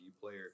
player